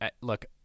Look